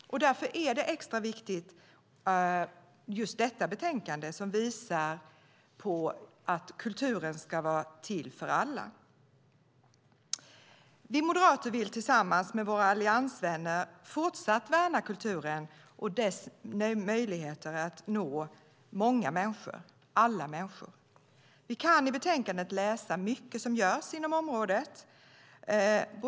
Därför är detta betänkande extra viktigt, som visar att kulturen ska vara till för alla. Vi moderater vill tillsammans med våra alliansvänner fortsätta att värna kulturen och dess möjligheter att nå många människor, alla människor. Vi kan i betänkandet läsa att mycket görs inom områden.